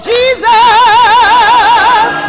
Jesus